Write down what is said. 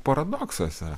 paradoksas yra